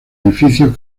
edificios